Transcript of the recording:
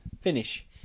finish